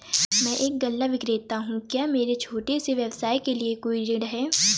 मैं एक गल्ला विक्रेता हूँ क्या मेरे छोटे से व्यवसाय के लिए कोई ऋण है?